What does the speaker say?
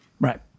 Right